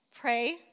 Pray